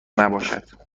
نباشد